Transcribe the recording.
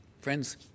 Friends